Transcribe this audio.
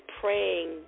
praying